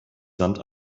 sand